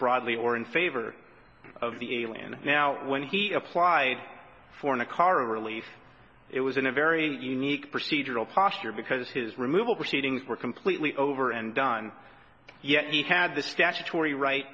broadly or in favor of the alien now when he applied for a car of relief it was in a very unique procedural posture because his removal proceedings were completely over and done yet he had the statutory right